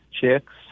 chicks